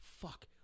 fuck